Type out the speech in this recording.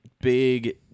big